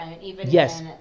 Yes